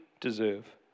deserve